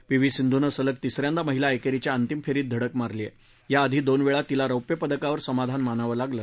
P V सिंधूनं सलग तिस यांदा महिला एक्टीव्या अंतिम फ्रीत धडक मारली ह आआधी दोन्ही वेळा तीला रौप्य पदकावर समाधान मानावं लागलं